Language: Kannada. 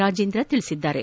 ರಾಜೇಂದ್ರ ತಿಳಿಸಿದ್ದಾರೆ